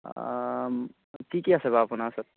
কি কি আছে বাৰু আপোনাৰ ওচৰত